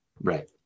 Right